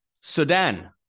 Sudan